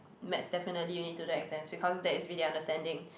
maths definitely you really need to do exams because that's really understanding